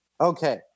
Okay